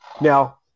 Now